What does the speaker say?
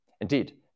Indeed